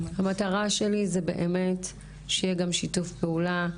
זה באמת שיהיה גם שיתוף פעולה,